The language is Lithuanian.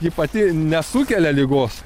ji pati nesukelia ligos